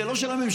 זה לא של הממשלה,